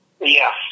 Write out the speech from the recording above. Yes